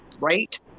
right